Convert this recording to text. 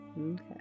okay